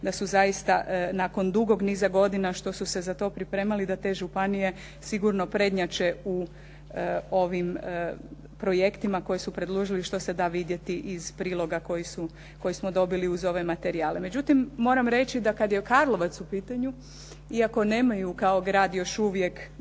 da su zaista nakon dugog niza godina što su se za to pripremali, da te županije sigurno prednjače u ovim projektima koje su predložili što se da vidjeti iz priloga koje smo dobili uz ove materijale. Međutim, moram reći da kad je Karlovac u pitanju iako nemaju kao grad još uvijek